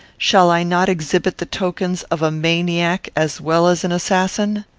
shall i not exhibit the tokens of a maniac as well as an assassin?